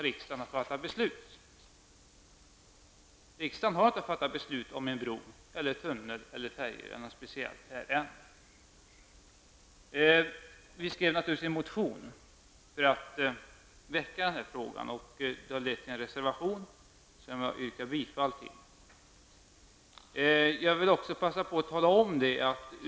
Riksdagen har alltså ännu inte fattat beslut om huruvida det skall vara en bro, en tunnel, en färjeförbindelse eller någonting annat. Vi väckte en motion, naturligtvis, för att den här frågan skulle bli uppmärksammad. Denna motion har utmynnat i en reservation, vilken jag yrkar bifall till.